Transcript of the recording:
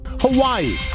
Hawaii